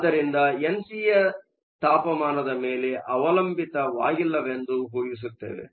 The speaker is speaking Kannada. ಆದ್ದರಿಂದ ಎನ್ ಸಿಯು ತಾಪಮಾನದ ಮೇಲೆ ಅವಲಂಬಿತವಾಗಿಲ್ಲವೆಂದು ಊಹಿಸುತ್ತೆವೆ